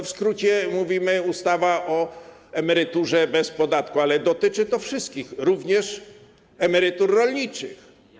W skrócie mówimy: ustawa o emeryturze bez podatku, ale dotyczy to wszystkich, również emerytur rolniczych.